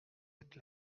êtes